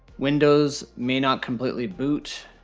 windows may not completely boot.